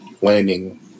landing